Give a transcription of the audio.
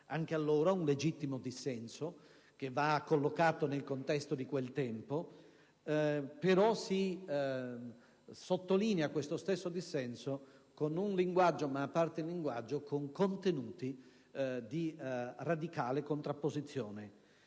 Anche allora, un legittimo dissenso, che va collocato nel contesto di quel tempo, ma si sottolinea tale dissenso con un linguaggio - e, a parte il linguaggio, con contenuti - di radicale contrapposizione.